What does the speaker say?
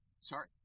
Sorry